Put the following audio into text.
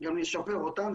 גם לשפר אותן,